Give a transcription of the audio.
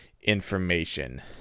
information